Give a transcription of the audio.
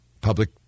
public